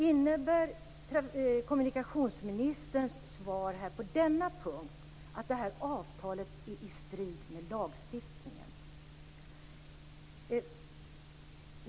Innebär kommunikationsministerns svar på denna punkt att avtalet står i strid med lagen?